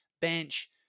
bench